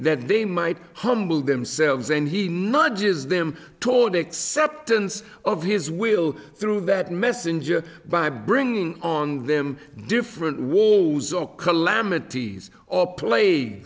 that they might humble themselves and he not just them toward acceptance of his will through that messenger by bringing on them different wars all calamities or pla